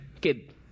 kid